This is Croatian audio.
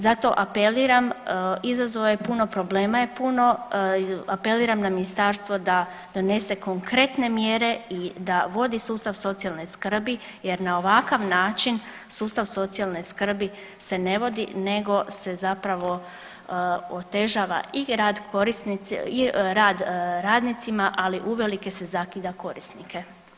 Zato apeliram izazova i problema je puno, apeliram na ministarstvo da donese konkretne mjere i da vodi sustav socijalne skrbi jer na ovakav način sustav socijalne skrbi se ne vodi nego se zapravo otežava i rad radnicima, ali uvelike se zakida korisnike.